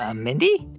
ah mindy?